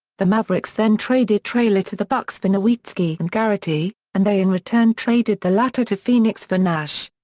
the mavericks then traded traylor to the bucks for nowitzki and garrity, and they in return traded the latter to phoenix for nash.